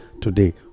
today